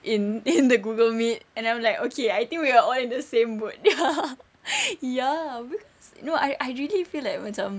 in in the google meet and I'm like okay I think we are all in the same boat ya cause no I I really feel like macam